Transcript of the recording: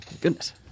Goodness